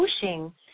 pushing